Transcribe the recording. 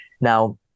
Now